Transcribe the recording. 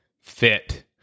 fit